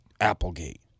applegate